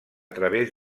través